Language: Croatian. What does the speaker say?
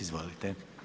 Izvolite.